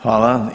Hvala.